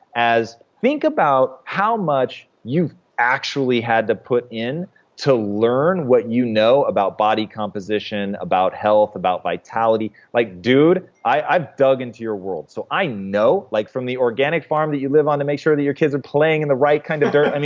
think about how much you've actually had to put in to learn what you know about body composition, about health, about vitality. like dude, i've dug into your world, so i know, like from the organic farm that you live on to make sure that your kids are playing in the right kind of dirt.